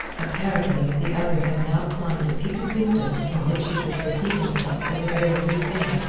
apparently, the other had now climbed a peak of wisdom from which he could perceive himself as a very wee thing.